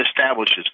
establishes